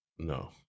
No